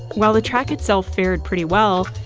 while the track itself fared pretty well,